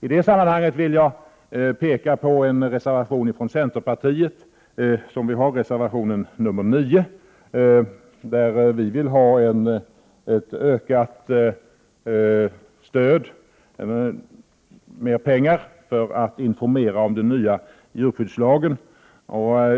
I det sammanhanget vill jag peka på reservation 9 från bl.a. centerpartiet. Här yrkas på mer pengar för information om den nya djurskyddslagen.